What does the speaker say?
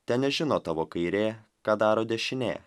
tenežino tavo kairė ką daro dešinė